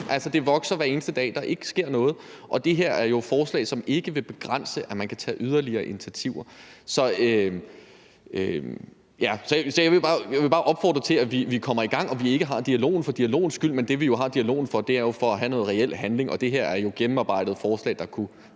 Det vokser, hver eneste dag der ikke sker noget, og det her er jo forslag, som ikke vil begrænse, at man kan tage yderligere initiativer. Så jeg vil bare opfordre til, at vi kommer i gang, og at vi ikke har dialogen for dialogens skyld, men for at have noget reel handling, og det her er jo et gennemarbejdet forslag, der kunne